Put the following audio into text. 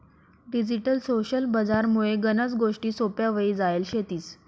digital social बजार मुळे गनच गोष्टी सोप्प्या व्हई जायल शेतीस